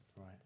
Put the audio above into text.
right